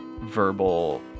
verbal